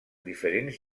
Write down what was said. diferents